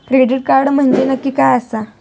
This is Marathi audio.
क्रेडिट कार्ड म्हंजे नक्की काय आसा?